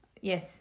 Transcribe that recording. Yes